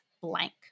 blank